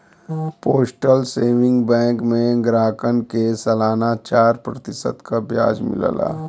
postal saving bank में ग्राहकन के सलाना चार प्रतिशत क ब्याज मिलला